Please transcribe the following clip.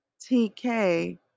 TK